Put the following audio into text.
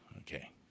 Okay